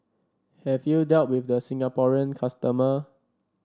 have you dealt with the Singaporean customer